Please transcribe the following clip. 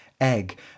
Egg